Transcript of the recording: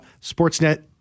Sportsnet